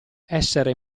essere